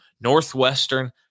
Northwestern